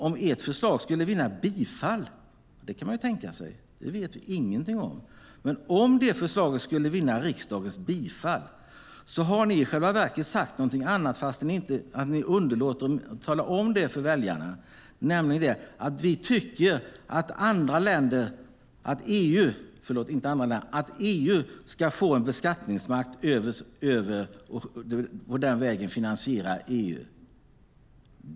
Om ert förslag skulle vinna riksdagens bifall - det kan man ju tänka sig; det vet vi ingenting om - har ni i själva verket sagt någonting annat, fast ni underlåter att tala om det för väljarna, nämligen: Vi tycker att EU ska få en beskattningsmakt och den vägen finansiera EU.